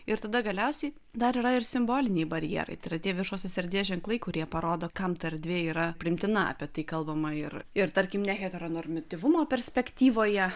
ir tada galiausiai dar yra ir simboliniai barjerai tai yra tie viešosios erdvės ženklai kurie parodo kam ta erdvė yra priimtina apie tai kalbama ir ir tarkim ne heteronormatyvumo perspektyvoje